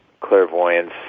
clairvoyance